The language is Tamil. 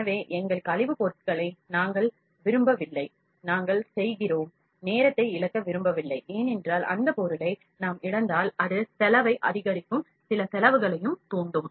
எனவே எங்கள் கழிவுப்பொருட்களை நாங்கள் விரும்பவில்லை நாங்கள் செய்கிறோம் நேரத்தை இழக்க விரும்பவில்லை ஏனென்றால் அந்த பொருளை நாம் இழந்தால் அது செலவை அதிகரிக்கும் சில செலவுகளையும் தூண்டும்